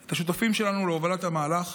את השותפים שלנו להובלת המהלך,